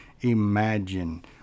imagine